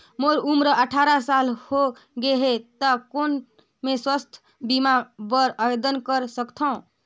मोर उम्र साठ साल हो गे से त कौन मैं स्वास्थ बीमा बर आवेदन कर सकथव?